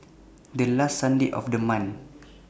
The last Sunday of The month